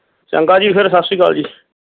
ਚੰਗਾ ਜੀ ਫੇਰ ਸਤਿ ਸ਼੍ਰੀ ਅਕਾਲ ਜੀ